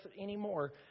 anymore